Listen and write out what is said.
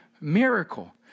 miracle